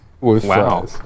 wow